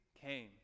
came